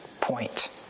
point